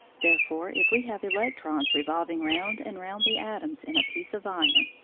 therefore if we have electrons revolving round and round the atoms in a piece of iron,